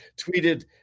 tweeted